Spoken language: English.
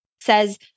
says